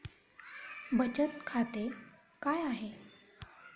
बचत खाते काय आहे?